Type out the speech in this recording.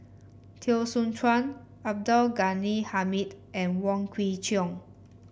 Teo Soon Chuan Abdul Ghani Hamid and Wong Kwei Cheong